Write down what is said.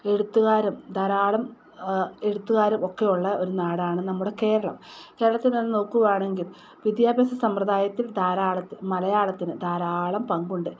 എഴുത്തുകാരും ധാരാളം എഴുത്തുകാരും ഒക്കെയുള്ള ഒരു നാടാണ് നമ്മുടെ കേരളം കേരളത്തിൽനിന്ന് നോക്കുകയാണെങ്കിൽ വിദ്യാഭ്യാസ സമ്പ്രദായത്തിൽ ധാരാളം മലയാളത്തിന് ധാരാളം പങ്കുണ്ട്